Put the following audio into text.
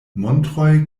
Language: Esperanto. montroj